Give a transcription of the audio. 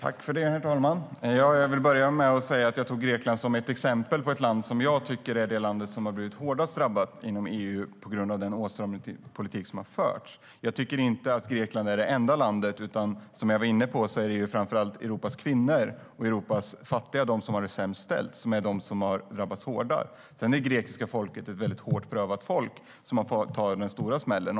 Herr talman! Jag vill börja med att säga att jag tog upp Grekland som ett exempel på ett land som jag tycker har blivit hårdast drabbat inom EU på grund av den åtstramningspolitik som har förts. Grekland är inte det enda landet, utan det är framför allt Europas kvinnor och Europas fattiga som har det sämst ställt som har drabbats hårdast. Sedan är grekiska folket ett väldigt hårt prövat folk som har fått ta den stora smällen.